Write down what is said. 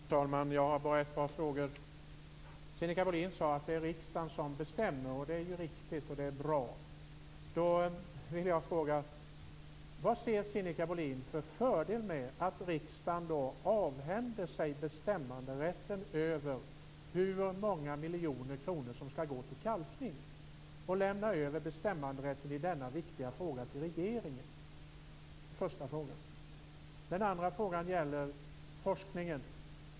Fru talman! Jag har bara ett par frågor. Sinikka Bohlin sade att det är riksdagen som bestämmer. Det är ju riktigt, och det är bra. Då vill jag fråga: Vad ser Sinikka Bohlin för fördel med att riksdagen avhänder sig bestämmanderätten över hur många miljoner kronor som skall gå till kalkning, att man lämnar över bestämmanderätten i denna viktiga fråga till regeringen? Det var den första frågan. Den andra frågan gäller forskningen.